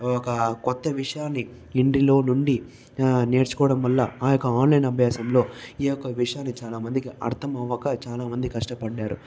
ఒక కొత్త విషయాన్ని ఇంటిలో నుండి నేర్చుకోవడం వల్ల ఆ యొక్క ఆన్లైన్ అభ్యాసంలో ఈ యొక్క విషయాలు చాలా మందికి అర్థం అవక చాలా మంది కష్టపడ్డారు